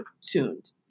tuned